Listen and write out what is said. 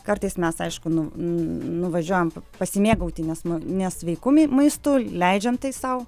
kartais mes aišku nu nuvažiuojam pasimėgauti nes nesveiku mi maistu leidžiam tai sau